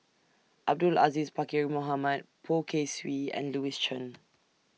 Abdul Aziz Pakkeer Mohamed Poh Kay Swee and Louis Chen